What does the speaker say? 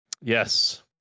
Yes